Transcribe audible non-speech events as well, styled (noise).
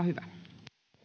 (unintelligible) hyvä